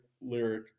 lyric